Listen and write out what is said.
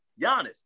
Giannis